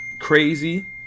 crazy